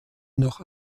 noch